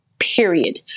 period